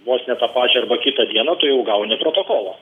vos ne tą pačią arba kitą dieną tu jau gauni protokolą